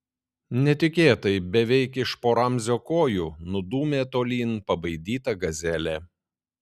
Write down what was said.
netikėtai beveik iš po ramzio kojų nudūmė tolyn pabaidyta gazelė